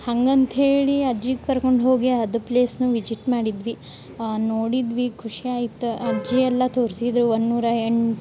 ಹಂಗಂತ ಹೇಳಿ ಅಜ್ಜಿ ಕರ್ಕೊಂಡ ಹೋಗಿ ಅದು ಪ್ಲೇಸ್ನ ವಿಜಿಟ್ ಮಾಡಿದ್ವಿ ನೋಡಿದ್ವಿ ಖುಷಿ ಆಯ್ತು ಅಜ್ಜಿ ಎಲ್ಲ ತೋರ್ಸಿದ್ರು ಒನ್ನೂರ ಎಂಟು